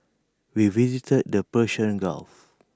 we visited the Persian gulf